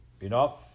Enough